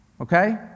Okay